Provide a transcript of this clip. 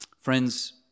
Friends